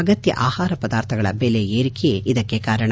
ಅಗತ್ಯ ಆಹಾರ ಪದಾರ್ಥಗಳ ಬೆಲೆ ಏರಿಕೆಯೇ ಇದಕ್ಕೆ ಕಾರಣ